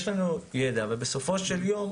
יש לנו ידע ובסופו של יום,